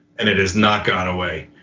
and it has not gone away.